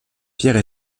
pierre